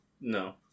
No